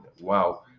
wow